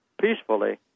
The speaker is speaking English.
peacefully